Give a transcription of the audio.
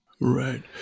Right